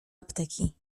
apteki